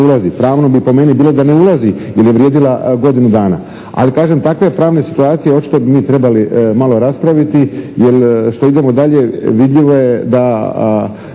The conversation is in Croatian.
Pravno bi po meni bilo da ne ulazi, jer je vrijedila godinu dana. Ali kažem, takve pravne situacije očito bi mi trebali malo raspraviti jer što idemo dalje, vidljivo je da